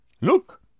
look